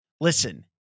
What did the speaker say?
Listen